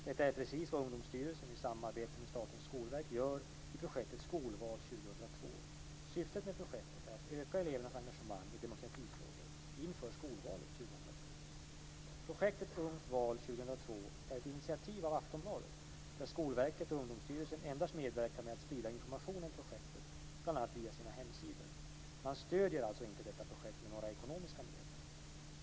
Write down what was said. Detta är precis vad Ungdomsstyrelsen i samarbete med Statens skolverk gör i projektet Skolval 2002. Syftet med projektet är att öka elevernas engagemang i demokratifrågor inför skolvalet 2002. Projektet Ungt val 2002 är ett initiativ av Aftonbladet där Skolverket och Ungdomsstyrelsen endast medverkar med att sprida information om projektet bl.a. via sina hemsidor. Man stöder alltså inte detta projekt med några ekonomiska medel.